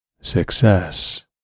success